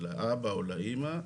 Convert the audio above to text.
לאבא או לאמא,